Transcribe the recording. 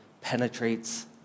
penetrates